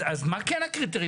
אז מה כן הקריטריון?